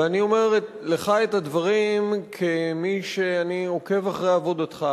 ואני אומר לך את הדברים כמי שעוקב אחרי עבודתך,